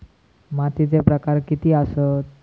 मातीचे प्रकार किती आसत?